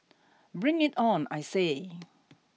bring it on I say